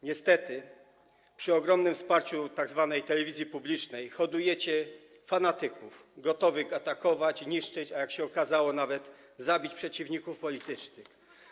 Niestety przy ogromnym wsparciu tzw. telewizji publicznej hodujecie fanatyków gotowych atakować, niszczyć, a jak się okazało, nawet zabić przeciwników politycznych.